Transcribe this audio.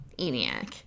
ENIAC